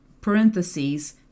parentheses